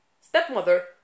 Stepmother